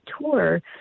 tour